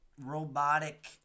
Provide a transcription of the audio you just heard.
robotic